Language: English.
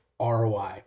ROI